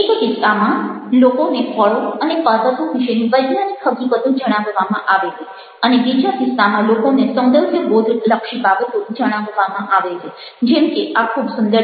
એક કિસ્સામાં લોકોને ફળો અને પર્વતો વિશેની વૈજ્ઞાનિક હકીકતો જણાવવામાં આવેલી અને બીજા કિસ્સામાં લોકોને સૌંદર્યબોધલક્ષી બાબતો જણાવવામાં આવેલી જેમ કે આ ખૂબ સુંદર છે વગેરે